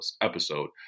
episode